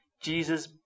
Jesus